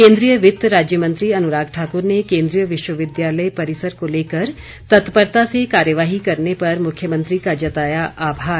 केंद्रीय वित्त राज्य मंत्री अनुराग ठाकुर ने केंद्रीय विश्वविद्यालय परिसर को लेकर तत्परता से कार्यवाही करने पर मुख्यमंत्री का जताया आभार